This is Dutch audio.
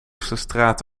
straat